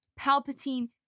Palpatine